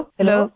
hello